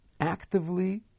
actively